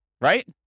Right